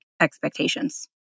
expectations